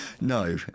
No